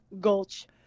Gulch